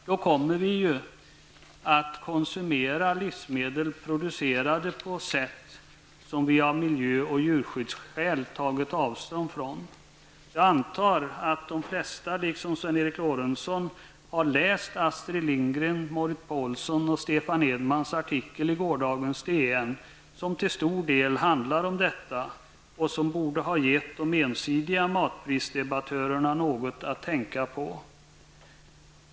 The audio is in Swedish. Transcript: Då kommer vi ju att konsumera livsmedel producerade på sätt som vi av miljö och djurskyddsskäl tagit avstånd från. Jag antar att de flesta liksom Sven Eric Lorentzon har läst Astrid Lindgrens, Marit Paulsens och Stefan Edmans artikel i gårdagens DN som till stor del handlar om detta och som borde ha gett de ensidiga matprisdebattörerna något att tänka på.